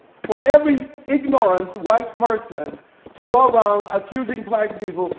for every ignorant white person to go around accusing black people,